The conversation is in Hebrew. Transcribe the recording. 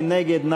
מי נגד?